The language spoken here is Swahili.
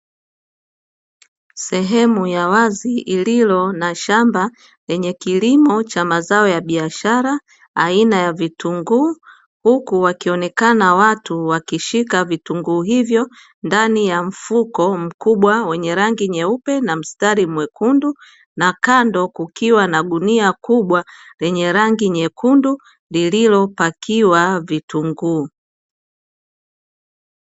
Sehemu ya wazi ililo na shamba lenye kilimo cha mazao ya biadhara aina ya vitunguu. Huku wakionekana watu wakishika vitunguu hivyo ndani ya mfuko mkubwa wenye rangi nyeupe na mstari mwekundu, na kando kukiwa na gunia kubwa lenye rangi nyekundu lililopakiwa vitunguu.